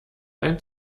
ein